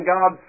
God